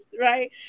Right